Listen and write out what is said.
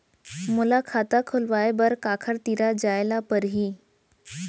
मोला खाता खोलवाय बर काखर तिरा जाय ल परही?